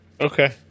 Okay